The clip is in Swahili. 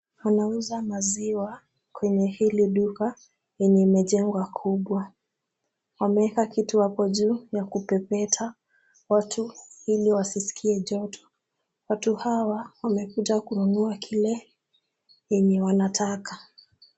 Wanauza maziwa kwenye hili duka yenye imejengwa kubwa. Wameweka kitu hapo juu ya kupepeta watu ili wasiskie joto. Watu hawa wamekuja kununua kile yenye wanataka.